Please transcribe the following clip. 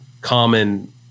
common